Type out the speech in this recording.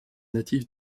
natifs